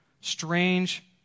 strange